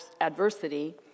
adversity